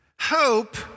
hope